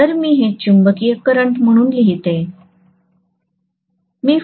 तर मी हे चुंबकिय करंट म्हणून लिहिते